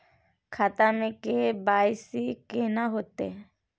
खाता में के.वाई.सी केना होतै?